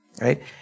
right